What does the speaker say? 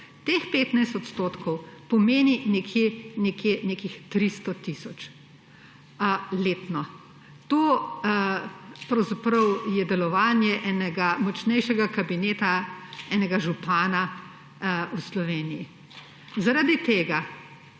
teh 15 odstotkov pomeni nekih 300 tisoč letno. To je pravzaprav delovanje enega močnejšega kabineta enega župana v Sloveniji. Zaradi tega,